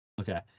okay